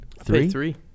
Three